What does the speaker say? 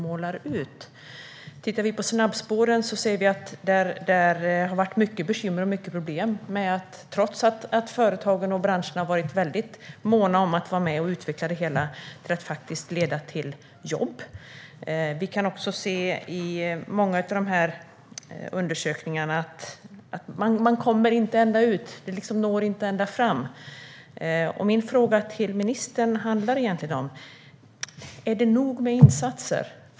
Om vi tittar på snabbspåren ser vi att det har varit många bekymmer och problem, trots att företagen och branscherna har varit väldigt måna om att vara med och utveckla det hela så att det leder till jobb. I många av undersökningarna kan vi se att man inte når ända fram. Min fråga till ministern är: Är det nog med insatser?